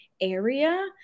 Area